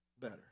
better